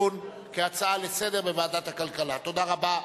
כהצעה לסדר-היום.